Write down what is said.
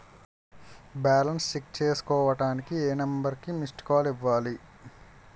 Balance check చేసుకోవటానికి ఏ number కి మిస్డ్ కాల్ ఇవ్వాలి?